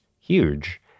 huge